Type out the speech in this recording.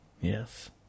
yes